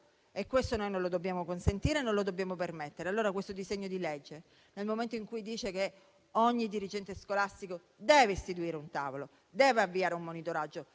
Questo noi non lo dobbiamo consentire e non lo dobbiamo permettere. Questo disegno di legge, nel momento in cui dice che ogni dirigente scolastico deve istituire un tavolo, deve avviare un monitoraggio,